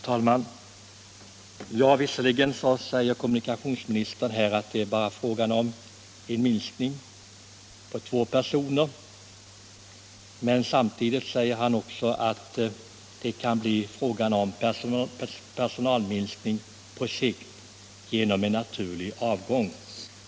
Herr talman! Visserligen säger kommunikationsministern här att det bara är fråga om en minskning med två personer. Men samtidigt säger han att det kan bli personalminskning på sikt genom naturlig avgång.